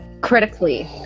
critically